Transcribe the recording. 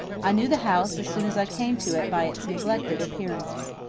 i knew the house as soon as i came to it by its neglected appearance.